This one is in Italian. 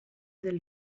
del